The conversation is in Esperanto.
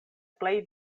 plej